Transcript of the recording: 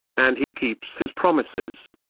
and he keeps his promises.